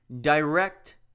direct